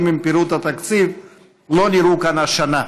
עם פירוט התקציב לא נראו כאן השנה.